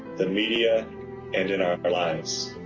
the media and and our lives.